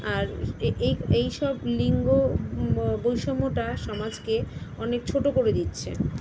আর এইসব লিঙ্গ বৈষম্যটা সমাজকে অনেক ছোট করে দিচ্ছে